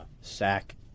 sack